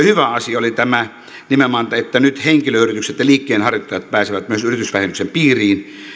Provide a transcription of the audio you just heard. hyvä asia oli nimenomaan tämä että nyt henkilöyritykset ja liikkeenharjoittajat pääsevät myös yritysvähennyksen piiriin